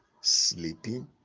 sleeping